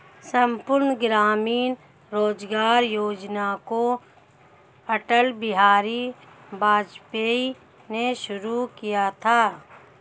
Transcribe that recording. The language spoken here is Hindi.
संपूर्ण ग्रामीण रोजगार योजना को अटल बिहारी वाजपेयी ने शुरू किया था